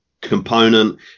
component